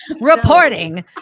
Reporting